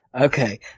Okay